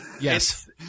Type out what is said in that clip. Yes